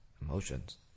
emotions